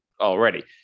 already